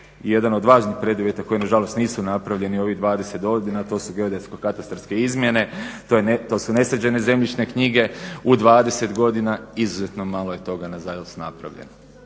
jedan od važnih preduvjeta koji na žalost nisu napravljeni u ovih 20 godina, a to su geodetsko-katastarske izmjene, to su nesređene zemljišne knjige. U 20 godina izuzetno malo je toga na žalost napravljeno.